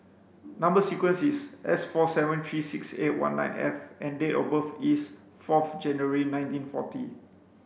number sequence is S four seven three six eight one nine F and date of birth is fourth January nineteen forty